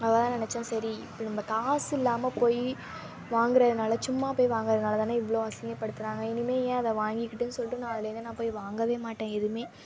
அதெல்லாம் நினச்சன் சரி இப்போ நம்ப காசு இல்லாமல் போய் வாங்கிறதுனால சும்மா போய் வாங்கிறதுனால தானே இவ்வளோ அசிங்கப்படுத்துறாங்க இனிமே ஏன் அதை வாங்கிக்கிட்டு சொல்லிட்டு நான் அதுலந்து நான் போய் வாங்கவே மாட்டேன் எதுவுமே